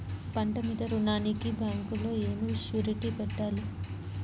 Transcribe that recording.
పంట మీద రుణానికి బ్యాంకులో ఏమి షూరిటీ పెట్టాలి?